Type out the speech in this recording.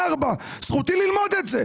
זכותי ללמוד את זה.